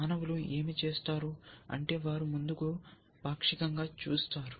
మానవులు ఏమి చేస్తారు అంటే వారు ముందుకు పాక్షికంగా చూస్తారు